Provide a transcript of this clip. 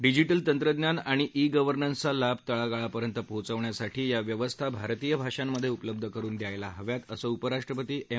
digital तंत्रज्ञान आणि e गव्हर्नन्सचा लाभ तळागाळापर्यंत पोचवण्यासाठी या व्यवस्था भारतीय भाषांमध्ये उपलब्ध करून द्यायला हव्यात असं उपराष्ट्रपती एम